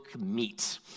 meat